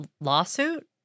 Lawsuit